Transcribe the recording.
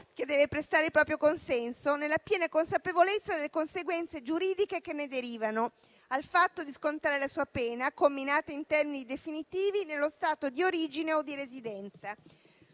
che deve prestare il proprio consenso, nella piena consapevolezza delle conseguenze giuridiche che ne derivano, al fatto di scontare la sua pena comminata in termini definitivi nello Stato di origine o di residenza.